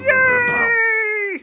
Yay